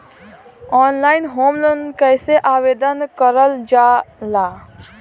Online home loan कैसे आवेदन करल जा ला?